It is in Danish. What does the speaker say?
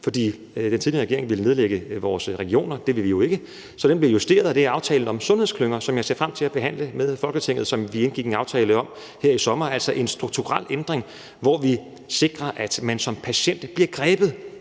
fordi den tidligere regering ville nedlægge vores regioner, og det vil vi jo ikke. Så den blev justeret. Og det er aftalen om sundhedsklynger, som jeg ser frem til at behandle med Folketinget. Den indgik vi en aftale om her i sommer. Det er altså en strukturel ændring, hvor vi sikrer, at man som patient bliver grebet